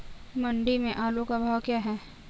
मंडी में आलू का भाव क्या है?